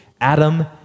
Adam